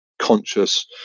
conscious